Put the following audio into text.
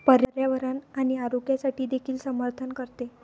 पर्यावरण आणि आरोग्यासाठी देखील समर्थन करते